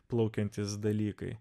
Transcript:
plaukiantys dalykai